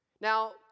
Now